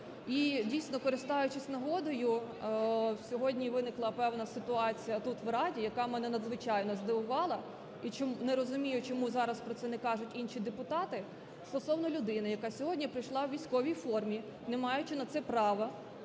І дійсно, користуючись нагодою, сьогодні виникла певна ситуація тут, у Раді, яка мене надзвичайно здивувала, не розумію, чому зараз про це не кажуть інші депутати, стосовно людини, яка сьогодні прийшла у військовій формі, не маючи на це права,